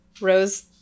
rose